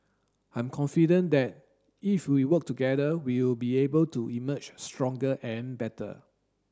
I'm confident that if we work together we will be able to emerge stronger and better